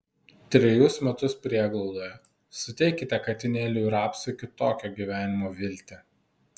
trejus metus prieglaudoje suteikite katinėliui rapsui kitokio gyvenimo viltį